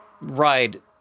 ride